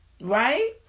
right